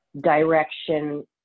direction